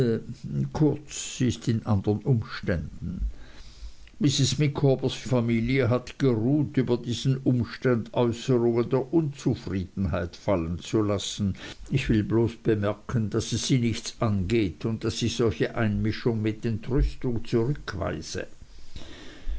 kurz sie ist in andern umständen mrs micawbers familie hat geruht über diesen umstand außerungen der unzufriedenheit fallen zu lassen ich will bloß bemerken daß es sie nichts angeht und daß ich solche einmischung mit entrüstung zurückweise